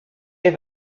have